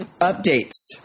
Updates